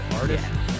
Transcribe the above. artist